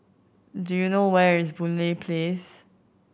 do you know where is Boon Lay Place